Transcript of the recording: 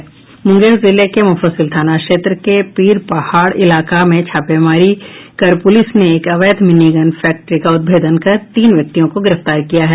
मुंगेर जिले के मुफस्सिल थाना क्षेत्र के पीरपहाड़ इलाका में छापेमारी कर पुलिस ने एक अवैध मिनीगन फैक्ट्री का उद्भेदन कर तीन व्यक्तियों को गिरफ्तार किया है